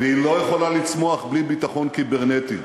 והיא לא יכולה לצמוח בלי ביטחון קיברנטי,